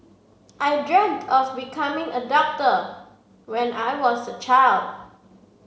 I dreamt of becoming a doctor when I was a child